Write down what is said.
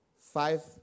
five